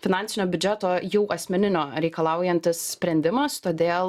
finansinio biudžeto jau asmeninio reikalaujantis sprendimas todėl